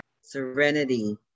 serenity